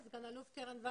930